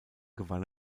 gewann